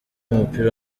w’umupira